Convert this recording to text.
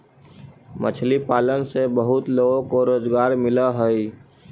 मछली पालन से बहुत लोगों को रोजगार मिलअ हई